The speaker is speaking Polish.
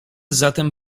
zatem